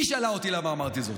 אשתי שאלה אותי למה אמרתי זאת.